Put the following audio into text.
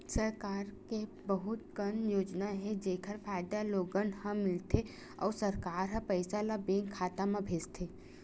सरकार के बहुत कन योजना हे जेखर फायदा लोगन ल मिलथे अउ सरकार ह पइसा ल बेंक खाता म भेजथे